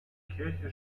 kirche